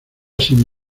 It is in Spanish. sin